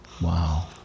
wow